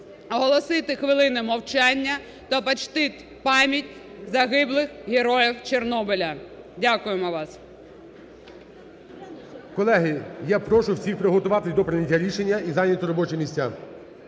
оголосити хвилину мовчання та почтити пам'ять загиблих героїв Чорнобиля. Дякую вам. ГОЛОВУЮЧИЙ. Колеги, я прошу всіх приготуватись до прийняття рішення і зайняти робочі місця.